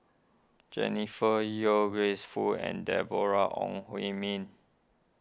Jennifer Yeo Grace Fu and Deborah Ong Hui Min